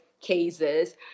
cases